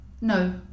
No